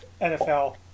NFL